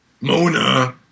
Mona